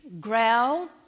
growl